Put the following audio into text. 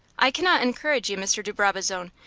i cannot encourage you, mr. de brabazon.